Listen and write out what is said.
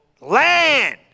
land